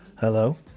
hello